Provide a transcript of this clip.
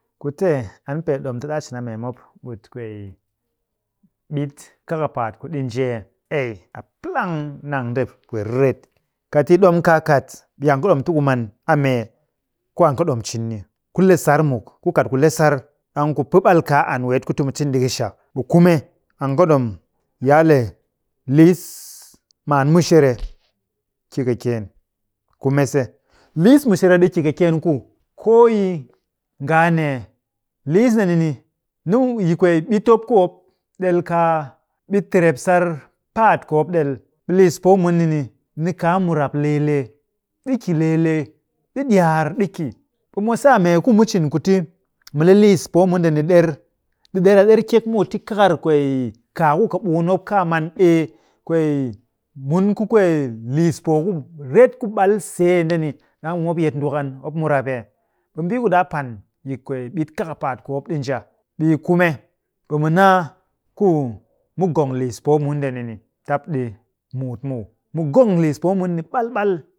Kute an pee ɗom ti ɗaa cin a mee mop ɓut kwee ɓit kakapaat ku ɗi nji ee? Ei, a palg nang nde pwet riret. Kat yi ɗom kaa kat, ɓe yi an kɨ ɗom ti ku man a mee ku an kɨ ɗom cin ni. Ku le sar muk, ku kat ku le sar, ɗang ku pɨ ɓal kaa an weet ku ti mu cin ɗi kɨshak, ɓe kume, an kɨ ɗom yi a le liis maan mushere ki kɨkyeen. Kume se, liis mushere ɗi ki kɨkyeen ku koo yi nga a nee, liis ndeni ni, nimu, yi kwee ɓit mop ku ɗel kaa ɓit trepsar paat ku mop ɗel, ɓe liis poo mun ni ni, ni kaa murap lee lee. ɗi. ki lee lee. ɗi ɗyaar ɗi ki. ɓe mwase a mee mu cin ku ti mu le liis poo mun ndeni ɗer? Ɗi ɗer a ɗer kyek muw, ti kakar kwee kaa ku kɨɓukun mop kaa man ee kwee mun ku kwee liis poo kuret ku ɓal see ndeni ɗang ɓe mop yet ndwakan, mop murap ee? Ɓe mbii ku ɗaa pan yi kwee ɓit kakapaat ku mop ɗi njia, ɓe yi kume, ɓe mu naa ku mu gong liis poo mun ndeni ni tap ɗi muut muw. Mu gong liis poomun ni ɓal ɓal